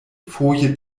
foje